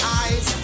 eyes